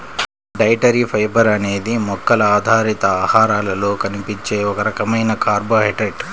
dietary fibre అనేది మొక్కల ఆధారిత ఆహారాలలో కనిపించే ఒక రకమైన కార్బోహైడ్రేట్